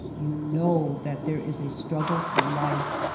you know that there is a struggle for life,